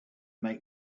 make